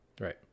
Right